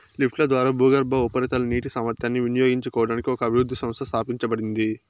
లిఫ్ట్ల ద్వారా భూగర్భ, ఉపరితల నీటి సామర్థ్యాన్ని వినియోగించుకోవడానికి ఒక అభివృద్ధి సంస్థ స్థాపించబడింది